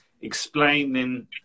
explaining